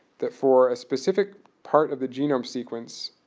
that for a specific part of the genome sequence,